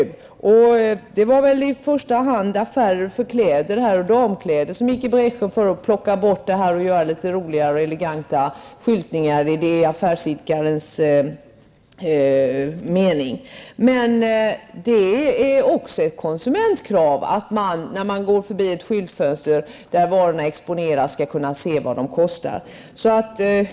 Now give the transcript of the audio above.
Det var i första hand affärer som säljer herr och damkläder som gick i bräschen för att plocka bort prismärkningen och göra i affärsidkarens mening litet roligare och elegantare skyltning. Men det är också ett konsumentkrav att man, när man går förbi ett skyltfönster där varorna exponeras, skall kunna se vad de kostar.